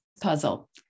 puzzle